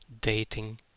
dating